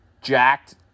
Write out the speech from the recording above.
jacked